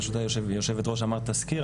פשוט היו"ר אמרה 'תזכיר',